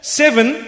seven